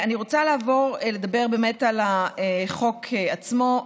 אני רוצה לעבור ולדבר על החוק עצמו.